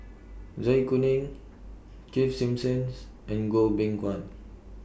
Zai Kuning Keith Simmons and Goh Beng Kwan